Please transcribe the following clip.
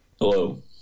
Hello